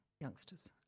youngsters